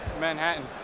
Manhattan